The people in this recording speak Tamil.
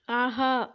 ஆஹா